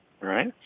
right